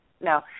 No